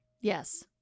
Yes